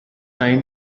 time